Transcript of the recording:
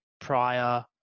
prior